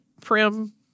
prim